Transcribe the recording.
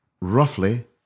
roughly